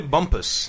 Bumpus